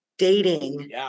Dating